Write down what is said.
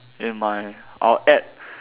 in my I'll add